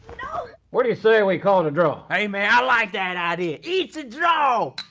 no. what do you say we call it a drawl? hey man, i like that idea, it's a drawl.